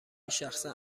شخصا